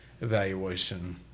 evaluation